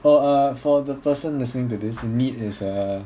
orh err for the person listening to this NEET is err